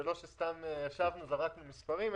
זה לא שסתם ישבנו וזרקנו מספרים,